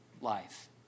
life